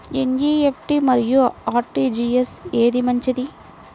NEFT మరియు RTGS ఏది మంచిది?